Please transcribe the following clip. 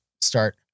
start